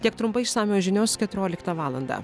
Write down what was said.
tiek trumpai išsamios žinios keturioliktą valandą